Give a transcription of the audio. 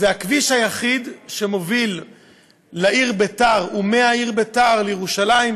זה הכביש היחיד שמוביל לעיר ביתר ומהעיר ביתר לירושלים,